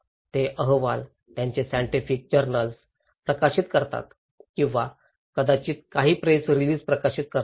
ते अहवाल त्यांचे सायन्टिफिक जर्नल्स प्रकाशित करतात किंवा कदाचित काही प्रेस रिलिज प्रकाशित करतात